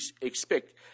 expect